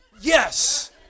Yes